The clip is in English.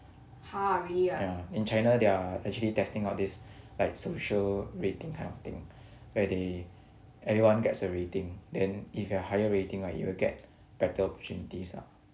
ya in china they are actually testing out this like social rating kind of thing where they everyone gets a rating then if you are higher rating right you will get better opportunities ah